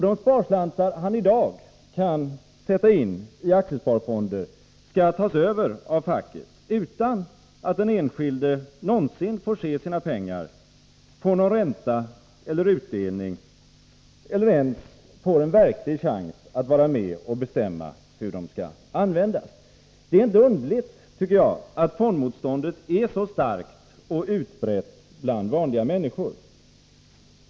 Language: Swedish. De sparslantar löntagaren i dag kan sätta in i aktiesparfonder skall tas över av facket utan att den enskilde någonsin får se sina pengar, får någon ränta eller utdelning eller ens får en verklig chans att vara med och bestämma hur de skall användas. Det är inte underligt, tycker jag, att fondmotståndet är så starkt och utbrett bland vanliga människor.